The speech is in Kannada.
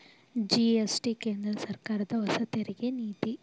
ಜಿ.ಎಸ್.ಟಿ ಕೇಂದ್ರ ಸರ್ಕಾರದ ಹೊಸ ತೆರಿಗೆ ನೀತಿ